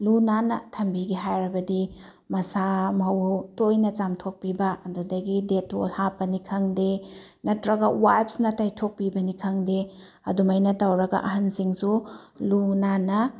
ꯂꯨ ꯅꯥꯟꯅ ꯊꯝꯕꯤꯒꯦ ꯍꯥꯏꯔꯕꯗꯤ ꯃꯁꯥ ꯃꯎ ꯇꯣꯏꯅ ꯆꯥꯝꯊꯣꯛꯄꯤꯕ ꯑꯗꯨꯗꯒꯤꯗꯤ ꯗꯦꯇꯣꯜ ꯍꯥꯞꯄꯅꯤ ꯈꯪꯗꯦ ꯅꯠꯇ꯭ꯔꯒ ꯋꯥꯏꯞꯁꯅ ꯇꯩꯊꯣꯛꯄꯤꯕꯅꯤ ꯈꯪꯗꯦ ꯑꯗꯨꯃꯥꯏꯅ ꯇꯧꯔꯒ ꯑꯍꯟꯁꯤꯡꯁꯨ ꯂꯨ ꯅꯥꯟꯅ